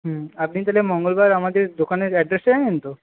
আপনি তাহলে মঙ্গলবার আমাদের দোকানের অ্যাড্রেসটা জানেন তো